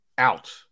out